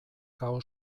kao